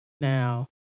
Now